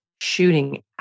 shooting